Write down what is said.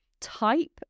type